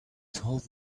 told